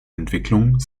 entwicklung